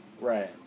right